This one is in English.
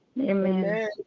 Amen